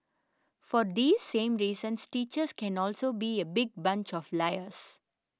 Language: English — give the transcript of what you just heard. for these same reasons teachers can also be a big bunch of liars